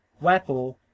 Wherefore